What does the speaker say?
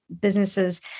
businesses